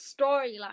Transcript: storyline